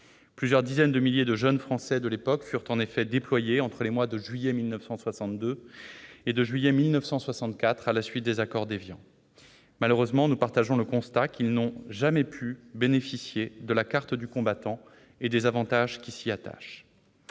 Plusieurs dizaines de milliers de jeunes Français de cette époque furent en effet déployés sur ce territoire entre les mois de juillet 1962 et de juillet 1964, à la suite des accords d'Évian. Malheureusement- nous dressons avec vous ce constat -, ils n'ont jamais pu bénéficier de la carte du combattant et des avantages qui s'y attachent.